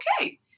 okay